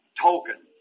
Token